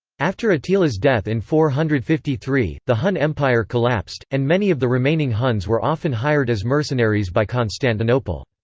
after attila's death in four hundred and fifty three, the hun empire collapsed, and many of the remaining huns were often hired as mercenaries by constantinople.